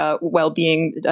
well-being